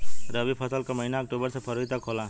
रवी फसल क महिना अक्टूबर से फरवरी तक होला